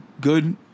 good